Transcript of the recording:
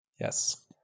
Yes